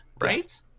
right